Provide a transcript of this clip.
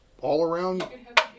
all-around